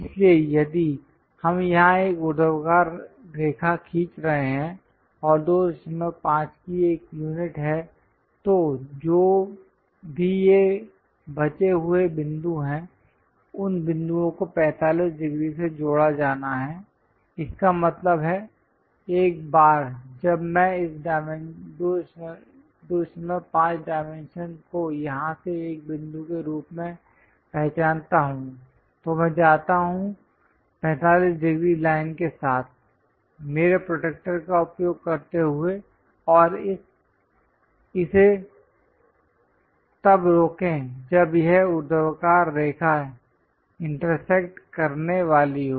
इसलिए यदि हम यहां एक ऊर्ध्वाधर रेखा खींच रहे हैं और 25 की एक यूनिट है तो जो भी ये बचे हुए बिंदु हैं उन बिंदुओं को 45 डिग्री से जोड़ा जाना है इसका मतलब है एक बार जब मैं इस 25 डायमेंशन को यहां से एक बिंदु के रूप में पहचानता हूं तो मैं जाता हूं 45 डिग्री लाइन के साथ मेरे प्रोट्रैक्टर का उपयोग करते हुए और इसे तब रोकें जब यह ऊर्ध्वाधर रेखा इंटरसेक्ट करने वाली हो